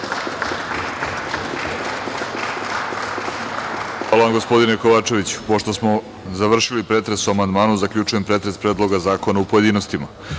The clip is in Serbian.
Hvala vam, gospodine Kovačeviću. Pošto smo završili pretres o amandmanu, zaključujem pretres Predloga zakona, u pojedinostima. Pošto